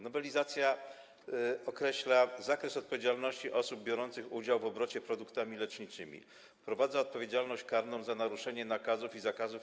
Nowelizacja określa zakres odpowiedzialności osób biorących udział w obrocie produktami leczniczymi, wprowadza odpowiedzialność karną za naruszenie nakazów i zakazów